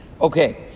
Okay